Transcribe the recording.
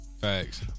Facts